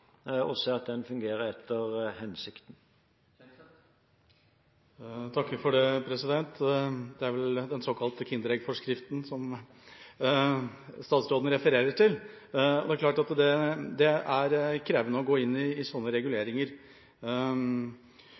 og se om den fungerer etter hensikten. Jeg takker for det. Det er vel den såkalte kinderegg-forskriften statsråden refererer til. Det er klart at det er krevende å gå inn i sånne reguleringer.